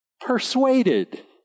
persuaded